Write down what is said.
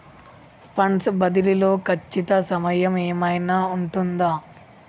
Funds బదిలీ లో ఖచ్చిత సమయం ఏమైనా ఉంటుందా?